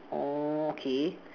orh okay